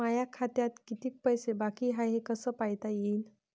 माया खात्यात कितीक पैसे बाकी हाय हे कस पायता येईन?